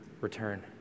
return